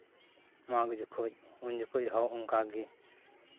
ᱢᱟᱜᱽ ᱡᱚᱠᱷᱮᱡ ᱩᱱ ᱡᱚᱠᱷᱮᱡ ᱦᱚᱸ ᱚᱱᱠᱟ ᱜᱮ